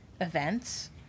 events